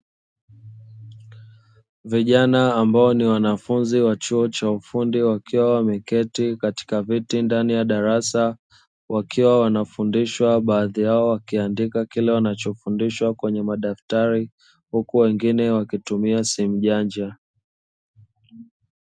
Vijana ambao ni wanafunzi wa chuo cha ufundi wakiwa wameketi katika viti ndani ya darasa, wakiwa wanafundishwa baadhi yao wakiandika kile walichofundishwa kwenye madaftari, huku wengine wakitumia simu janja.